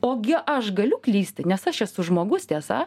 ogi aš galiu klysti nes aš esu žmogus tiesa